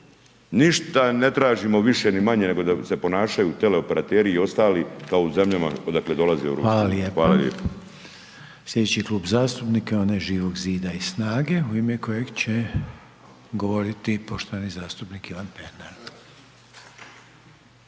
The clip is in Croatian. Ništa ne tražimo više ni manje nego da se ponašaju teleoperateri i ostali kao u zemljama odakle dolaze u Europu. Hvala lijepo. **Reiner, Željko (HDZ)** Hvala lijepo. Sljedeći Klub zastupnika onaj Živog zida i SNAGA-e u ime kojeg će govoriti poštovani zastupnik Ivan Pernar.